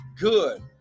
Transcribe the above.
good